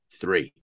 three